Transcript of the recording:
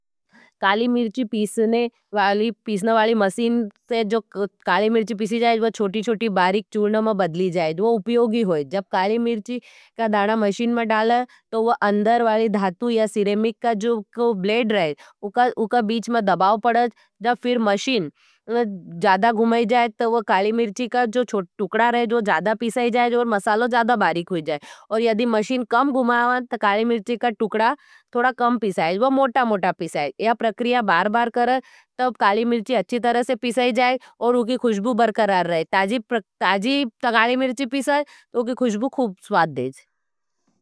काली मिर्ची पीसने वाली मसीन से जो काली मिर्ची पीसी जायेज वो चोटी-चोटी बारीक चूर्ण में बदली जायेज। वो उपयोगी होईज जब काली मिर्ची का दाना मशीन में डाले, तो वो अंदर वाली धातु या सिरेमिक का जो बलेड रहे। उका-उका बीच में दबाव पड़ेज, जब फिर मशीन ज़्यादा घुमेजाये, तो वो काली मिर्ची का चोटी टुकडा रहेज, वो ज़्यादा पीसेजाएज। और मसालो ज़्यादा बारीख होजाएज, और यदी मशीन कम घुमेजाएज, तो काली मिर्ची का टुकडा थोड़ा कम पीसेज, वो मोटा-मोटा पीसेज, यह प्रक्रिया बार-बार करें। तो काली मिर्ची अच्छी तरह से पीसेजाएज, और उकी खुश्बू बरकरार रहे, ता जीब तगाली मिर्ची पीसेज, तो उकी खुश्बू खुब स्वाथ देज।